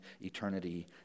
eternity